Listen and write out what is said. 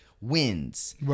wins